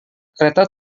kereta